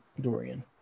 Dorian